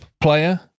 player